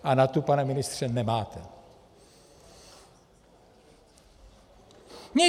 A na tu, pane ministře, nemáte.